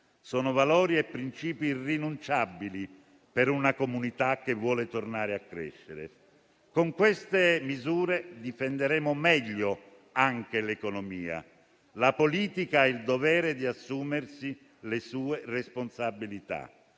Sono valori e principi irrinunciabili per una comunità che vuole tornare a crescere. Con queste misure, difenderemo meglio anche l'economia. La politica ha il dovere di assumersi le sue responsabilità.